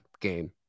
game